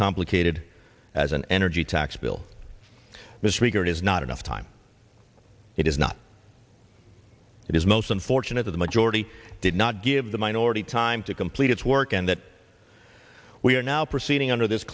complicated as an energy tax bill this week or it is not enough time it is not it is most unfortunate that the majority did not give the minority time to complete its work and that we are now proceeding under this